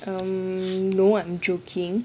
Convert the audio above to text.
um no I'm joking